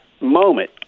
moment